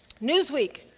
Newsweek